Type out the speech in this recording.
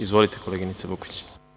Izvolite, koleginice Bukvić.